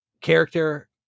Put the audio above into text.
character